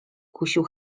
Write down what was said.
kusił